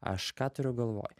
aš ką turiu galvoj